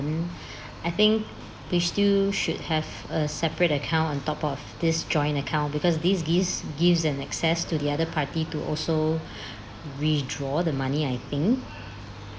I think we still should have a separate account on top of this joint account because this gives gives an access to the other party to also withdraw the money I think